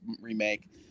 Remake